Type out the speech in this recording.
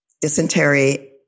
Dysentery